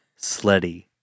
sleddy